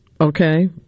okay